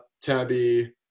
Tabby